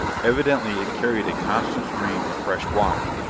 evidently it carried a constant stream of fresh water.